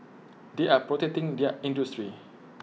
they are protecting their industry